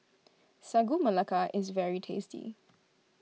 Sagu Melaka is very tasty